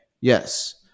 yes